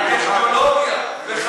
הטכנולוגיה.